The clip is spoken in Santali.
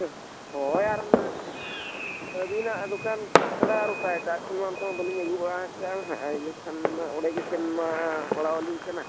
ᱪᱮᱫ ᱦᱳᱭ ᱟᱨ ᱟᱹᱵᱤᱱᱟᱜ ᱫᱳᱠᱟᱱ ᱪᱷᱟᱲᱟ ᱟ ᱚᱠᱟ ᱮᱴᱟᱜ ᱠᱷᱚᱱ ᱢᱟ ᱚᱱᱠᱟ ᱵᱟᱹᱞᱤᱧ ᱟᱹᱜᱩ ᱵᱟᱲᱟ ᱠᱟᱜ ᱦᱟᱸᱜ ᱮᱰᱮᱠᱷᱟᱱ ᱚᱸᱰᱮ ᱜᱮᱥᱮᱱ ᱢᱟ ᱯᱟᱲᱟᱣ ᱟᱹᱞᱤᱧ ᱠᱟᱱᱟ